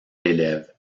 élève